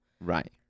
Right